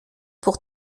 pour